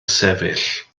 sefyll